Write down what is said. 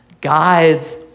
guides